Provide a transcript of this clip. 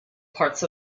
parts